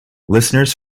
listeners